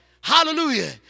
Hallelujah